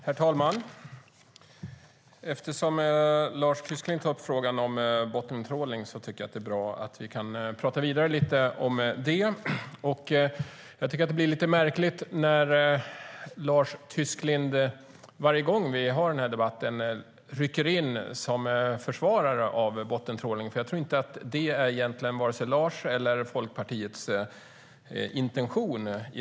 Herr talman! Eftersom Lars Tysklind tar upp frågan om bottentrålning tycker jag att det är bra att vi kan tala vidare lite om det. Jag tycker att det blir lite märkligt när Lars Tysklind varje gång vi har denna debatt rycker in som försvarare av bottentrålning, för jag tror inte att det egentligen är vare sig Lars eller Folkpartiets intention.